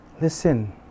Listen